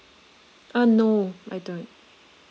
uh no I don't